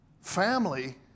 family